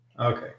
Okay